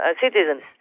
citizens